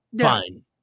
Fine